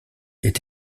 est